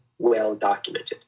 well-documented